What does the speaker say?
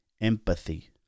Empathy